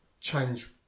change